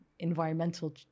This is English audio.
environmental